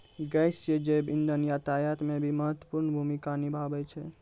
गैसीय जैव इंधन यातायात म भी महत्वपूर्ण भूमिका निभावै छै